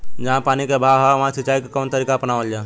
जहाँ पानी क अभाव ह वहां सिंचाई क कवन तरीका अपनावल जा?